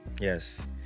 Yes